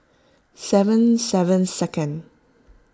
seven seven second